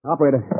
Operator